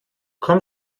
komm